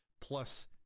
plus